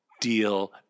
deal